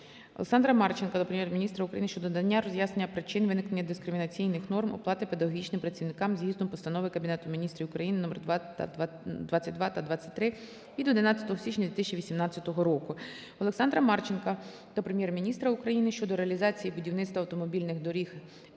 Олександра Марченка до Прем'єр-міністра України щодо надання роз'яснення причин виникнення дискримінаційних норм оплати педагогічним працівникам згідно Постанови Кабінету Міністрів України № 22 та № 23 від 11 січня 2018 року. Олександра Марченка до Прем'єр-міністра України щодо реалізації будівництва автомобільних доріг Р-04 та